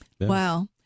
Wow